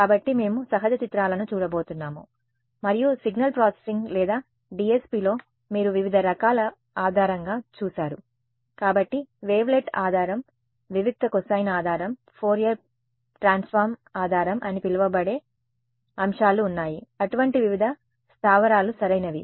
కాబట్టి మేము సహజ చిత్రాలను చూడబోతున్నాము మరియు సిగ్నల్ ప్రాసెసింగ్ లేదా DSPలో మీరు వివిధ రకాల ఆధారంగా చూసారు కాబట్టి వేవ్లెట్ ఆధారం వివిక్త కొసైన్ ఆధారం ఫోరియర్ ట్రాన్సఫార్మ్ ఆధారం అని పిలువబడే అంశాలు ఉన్నాయి అటువంటి వివిధ స్థావరాలు సరైనవి